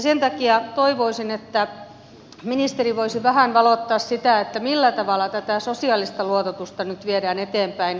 sen takia toivoisin että ministeri voisi vähän valottaa sitä millä tavalla tätä sosiaalista luototusta nyt viedään eteenpäin